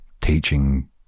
teaching